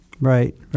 Right